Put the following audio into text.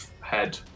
head